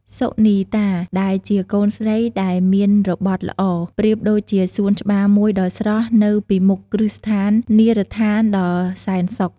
សុនីតា ដែលជាកូនស្រីដែលមានរបត់ល្អ ប្រៀបដូចជាសួនច្បារមួយដ៏ស្រស់នៅពីមុខគ្រឹះស្ថាន នាឋានដ៏សែនសុខ។